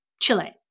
Chile